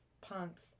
punks